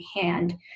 hand